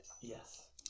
yes